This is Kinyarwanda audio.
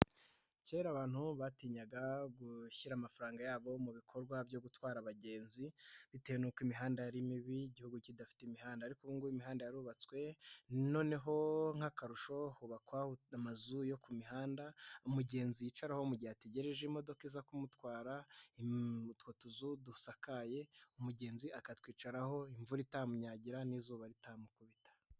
Kera abantu batinyaga gushyira amafaranga yabo mu bikorwa byo gutwara abagenzi bitewe n'uko imihanda yari mibi igihugu kidafite imihanda, ariko ngo imihanda yarubatswe noneho nk'akarusho hubakwa amazu yo ku mihanda umugenzi yicaraho mugihe ategereje imodoka iza kumutwara, utwo tuzu dusakaye umugenzi akatwicaraho imvura itamuyagira n'izuba ritamukubita.